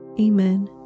Amen